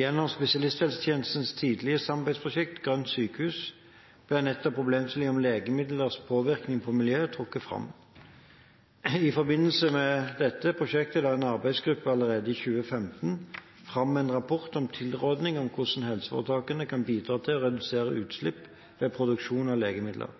Gjennom spesialisthelsetjenestens tidligere samarbeidsprosjekt Grønt sykehus ble nettopp problemstillingen med legemidlers påvirkning på miljøet trukket fram. I forbindelse med dette prosjektet la en arbeidsgruppe allerede i 2015 fram en rapport med tilrådinger om hvordan helseforetakene kan bidra til å redusere utslipp ved produksjon av legemidler.